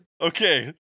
Okay